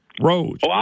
roads